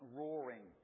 roaring